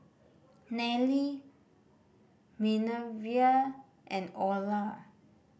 Nallely Minervia and Orla